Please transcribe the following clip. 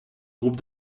groupe